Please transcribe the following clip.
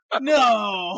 No